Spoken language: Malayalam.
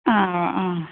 ആ ആ ആ